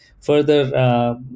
further